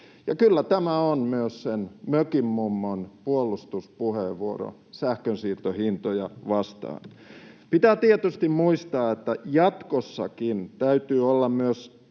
ja kyllä tämä on myös sen mökinmummon puolustuspuheenvuoro sähkönsiirtohintoja vastaan. Pitää tietysti muistaa, että jatkossakin täytyy olla myös